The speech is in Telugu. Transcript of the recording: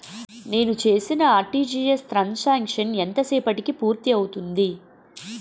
నేను చేసిన ఆర్.టి.జి.ఎస్ త్రణ్ సాంక్షన్ ఎంత సేపటికి పూర్తి అవుతుంది?